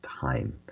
time